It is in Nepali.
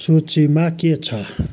सूचीमा के छ